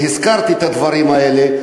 והזכרתי את הדברים האלה,